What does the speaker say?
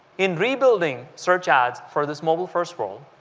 in rebuilding search ads for this mobile-first world,